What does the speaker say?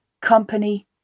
Company